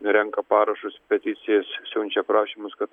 renka parašus peticijas siunčia prašymus kad